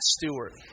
Stewart